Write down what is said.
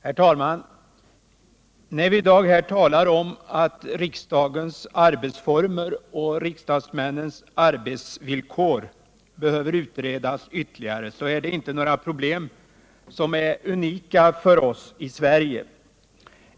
Herr talman! När vi i dag här talar om att riksdagens arbetsformer och riksdagsmännens arbetsvillkor behöver utredas ytterligare är det inte några problem som är unika för oss i Sverige.